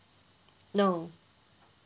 no